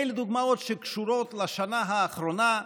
אלה דוגמאות שקשורות לשנה האחרונה.